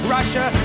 Russia